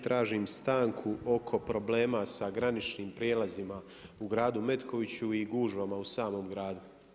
Tražim stanku oko problema sa graničnim prijelazima u gradu Metkoviću i gužvama u samom gradu.